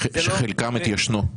חלקם התיישנו.